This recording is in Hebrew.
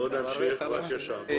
בואו נמשיך, בבקשה.